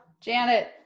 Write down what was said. Janet